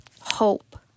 hope